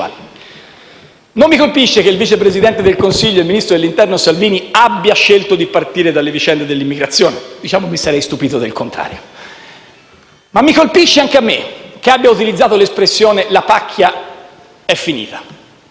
Non mi colpisce che il vice presidente del Consiglio e ministro dell'interno Salvini abbia scelto di partire dalle vicende dell'immigrazione. Mi sarei stupito del contrario, ma colpisce anche a me che abbia utilizzato l'espressione «La pacchia è finita».